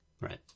Right